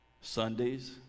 Sundays